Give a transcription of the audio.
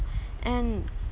and